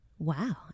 Wow